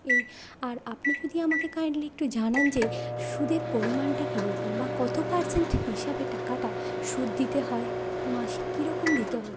এই আর আপনি যদি আমাকে কাইণ্ডলি একটু জানান যে সুদের পরিমাণটা কীরকম বা কত পার্সেন্ট হিসাবে টাকাটা সুদ দিতে হয় মাসিক কীরকম দিতে হয়